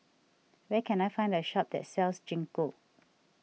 where can I find a shop that sells Gingko